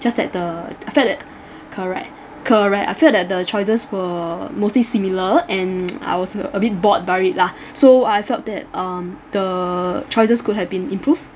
just that the I felt that correct correct I felt that the choices were mostly similar and I was a a bit bored by it lah so I felt that um the choices could have been improved